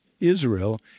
Israel